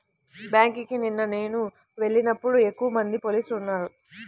బ్యేంకుకి నిన్న నేను వెళ్ళినప్పుడు ఎక్కువమంది పోలీసులు ఉన్నారు